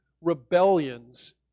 rebellions